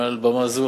מעל במה זו,